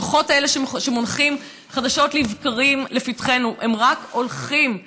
הדוחות האלה שמונחים חדשות לבקרים לפתחנו הם רק הולכים ומתרחבים.